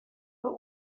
but